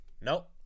Nope